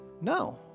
No